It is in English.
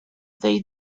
they